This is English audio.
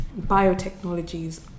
biotechnologies